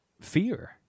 fear